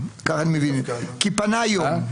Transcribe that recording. כי פנה היום.